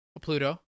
Pluto